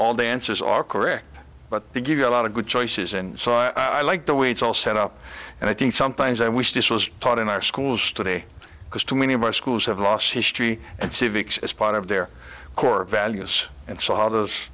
all the answers are correct but they give you a lot of good choices and so i like the way it's all set up and i think sometimes i wish this was taught in our schools today because too many of our schools have lost history and civics as part of their core values and saw those